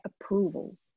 approval